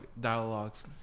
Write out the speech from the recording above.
dialogues